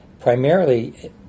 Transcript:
primarily